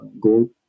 goal